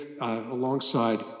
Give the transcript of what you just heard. alongside